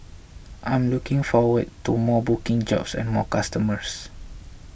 I'm looking forward to more booking jobs and more customers